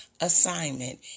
assignment